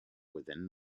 within